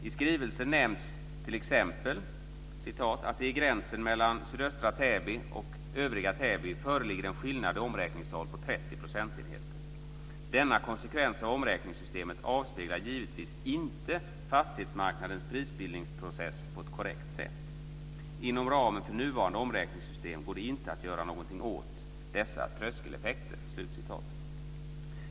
I skrivelsen nämns t.ex. att det i gränsen mellan sydöstra Täby och övriga Täby föreligger en skillnad i omräkningstal på 30 procentenheter. Denna konsekvens av omräkningssystemet avspeglar givetvis inte fastighetsmarknadens prisbildningsprocess på ett korrekt sätt. Inom ramen för nuvarande omräkningssystem går det inte att göra någonting åt dessa tröskeleffekter.